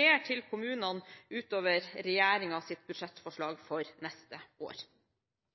mer til kommunene enn det som er regjeringens budsjettforslag for neste år.